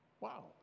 Wow